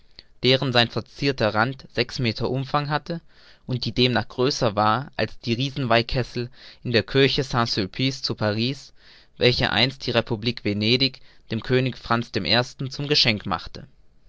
deren sein verzierter rand sechs meter umfang hatte und die demnach größer war als die riesenweihkessel in der kirche st sulpice zu paris welche einst die republik venedig dem könig franz i zum geschenk machte